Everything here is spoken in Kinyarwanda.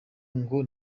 ngo